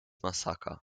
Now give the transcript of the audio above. massaker